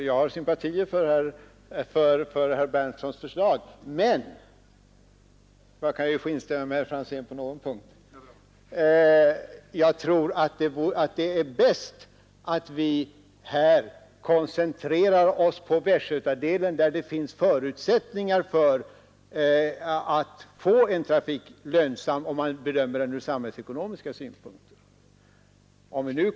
Jag har sympatier för herr Berndtsons förslag men — jag kan ju få instämma med herr Franzén på någon punkt — jag tror att det är bäst att vi här koncentrerar oss på västgötadelen där det finns förutsättningar att få trafiken lönsam, om man bedömer den ur samhällsekonomisk synpunkt.